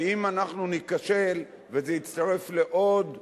ואם אנחנו ניכשל, וזה יצטרף לעוד סדרה,